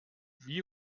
wie